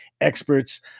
experts